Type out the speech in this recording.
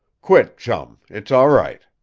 quit, chum! it's all right!